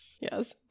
yes